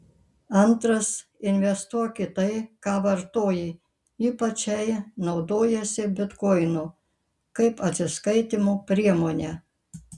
antras investuok į tai ką vartoji ypač jei naudojiesi bitkoinu kaip atsiskaitymo priemone